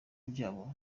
byabo